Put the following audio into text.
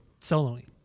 soloing